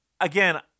again